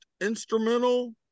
instrumental